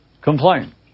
Complain